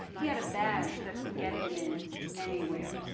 he had a badge that would get him in anywhere.